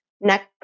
Next